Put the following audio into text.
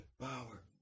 power